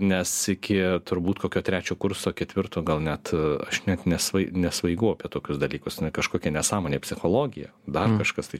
nes iki turbūt kokio trečio kurso ketvirto gal net aš net nesvai nesvaigau apie tokius dalykus ne kažkokia nesąmonė psichologija dar kažkas tai